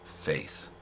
faith